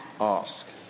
ask